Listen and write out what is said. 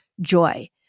joy